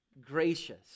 gracious